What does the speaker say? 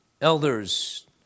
elders